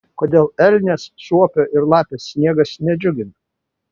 kodėl elnės suopio ir lapės sniegas nedžiugina